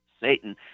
Satan